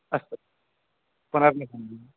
अस्तु पुनर्मिलामः